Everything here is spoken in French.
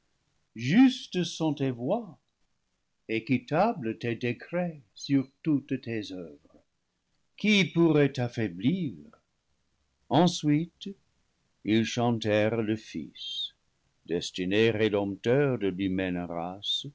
justes sont tes voies équitables tes décrets sur toutes tes oeuvres qui pourrait t'affaiblir ensuite ils chantèrent le fils destiné rédempteur de l'humaine